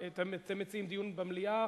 אתם מציעים דיון במליאה?